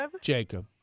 Jacob